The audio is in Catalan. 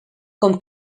com